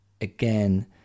again